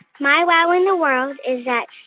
my wow in the world is that